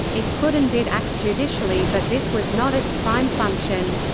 it could and did act judicially but this was not its prime function.